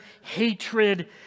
hatred